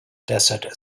desert